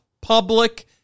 public